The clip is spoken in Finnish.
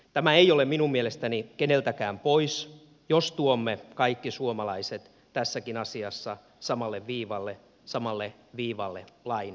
tämä ei ole minun mielestäni keneltäkään pois jos tuomme kaikki suomalaiset tässäkin asiassa samalle viivalle samalle viivalle lain edessä